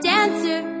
Dancer